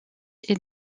est